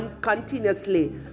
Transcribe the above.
continuously